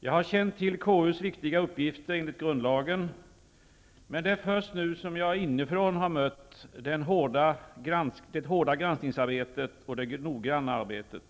Jag har känt till KU:s viktiga uppgifter enligt grundlagen. Men det är först inifrån, som jag nu har mött det hårda granskningsarbetet och det noggranna arbetet.